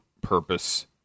purpose